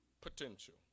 potential